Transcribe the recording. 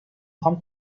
خوام